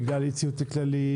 בגלל אי ציות לכללים,